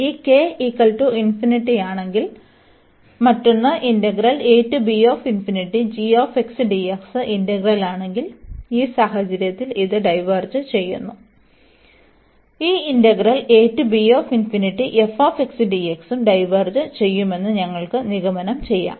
ഈ k ആണെങ്കിൽ മറ്റൊന്ന് ഇന്റഗ്രൽ ആണെങ്കിൽ ഈ സാഹചര്യത്തിൽ ഇത് ഡൈവേർജ് ചെയ്യുന്നു ഈ ഉം ഡൈവേർജ് ചെയ്യുമെന്ന് ഞങ്ങൾക്ക് നിഗമനം ചെയ്യാം